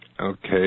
Okay